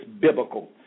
biblical